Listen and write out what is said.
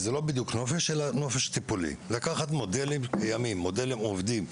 צריך לקחת מודלים קיימים שעובדים,